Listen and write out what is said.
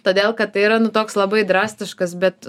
todėl kad tai yra nu toks labai drastiškas bet